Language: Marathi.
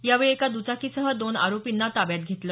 यावेळी एका दुचाकीसह दोन आरोपींना ताब्यात घेतलं